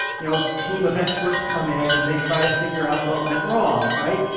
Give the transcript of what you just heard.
you know team of experts come in and they try to figure out what went wrong, right?